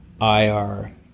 IR